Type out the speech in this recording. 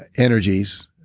and energies,